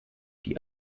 die